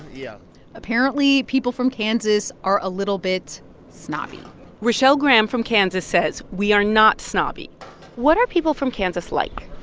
yeah apparently, people from kansas are a little bit snobby rachel graham from kansas says we are not snobby what are people from kansas like?